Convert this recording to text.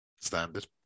Standard